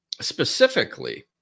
specifically